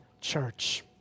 church